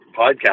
podcast